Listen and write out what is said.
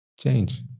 Change